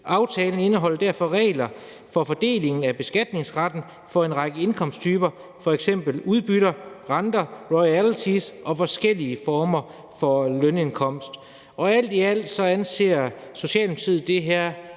Aftalen indeholder derfor regler for fordelingen af beskatningsretten for en række indkomsttyper, f.eks. udbytter, renter, royalties og forskellige former for lønindkomst. Alt i alt anser Socialdemokratiet det her